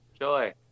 joy